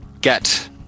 get